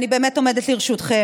אני באמת עומדת לרשותכם.